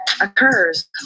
occurs